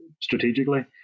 strategically